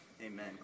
Amen